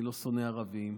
אני לא שונא ערבים,